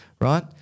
right